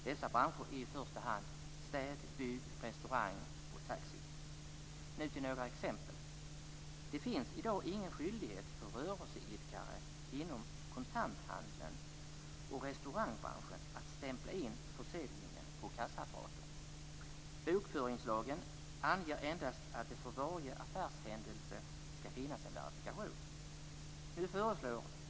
Dessa branscher är i första hand städ, bygg, restaurang och taxi. Nu till några exempel. Det finns i dag ingen skyldighet för rörelseidkare inom kontanthandeln och restaurangbranschen att stämpla in försäljningen på kassaapparater. Bokföringslagen anger endast att det för varje affärshändelse skall finnas en verifikation.